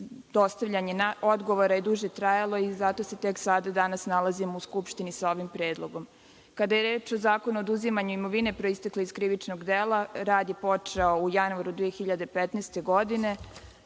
Dostavljanje odgovora je duže trajalo i zato se tek danas nalazimo u Skupštini sa ovim predlogom. Kada je reč o Zakonu o oduzimanju imovine proistekle iz krivičnog dela, rad je počeo u januaru 2015. godine.